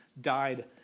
died